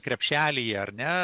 krepšelyje ar ne